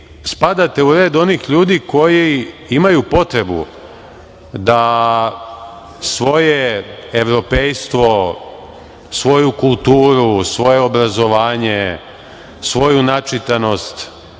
spadate u red onih ljudi koji imaju potrebu da svoje evropejstvo, svoju kulturu, svoje obrazovanje, svoju načitanost,